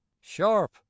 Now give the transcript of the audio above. sharp